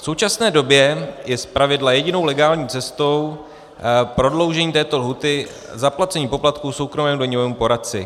V současné době je zpravidla jedinou legální cestou prodloužení této lhůty zaplacení poplatků soukromému daňovému poradci.